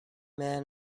man